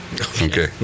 Okay